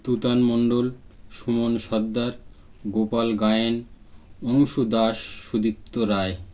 Tutan Mondal Suman Sardar Gopal Gayen Anshu Das Sudipta Roy